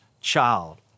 child